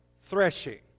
threshing